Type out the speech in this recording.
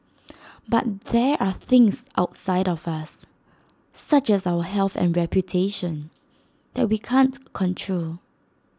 but there are things outside of us such as our health and reputation that we can't control